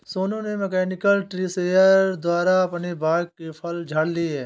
सोनू ने mechanical tree shaker द्वारा अपने बाग के फल झाड़ लिए है